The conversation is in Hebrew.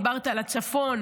דיברת על הצפון,